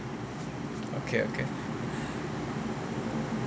okay okay